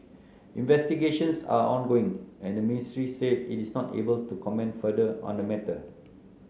investigations are ongoing and the ministry said it is not able to comment further on the matter